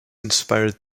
inspired